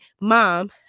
mom